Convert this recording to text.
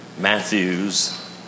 Matthews